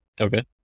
Okay